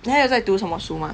你还有在读什么书 mah